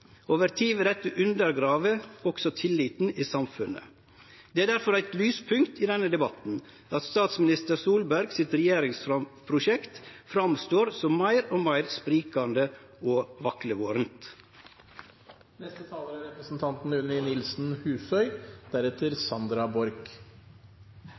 Over tid vil dette undergrave også tilliten i samfunnet. Det er difor eit lyspunkt i denne debatten at statsminister Solberg sitt regjeringsprosjekt framstår som meir og meir sprikande og vaklevorent. Kommunereformen er